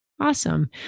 Awesome